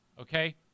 Okay